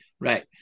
Right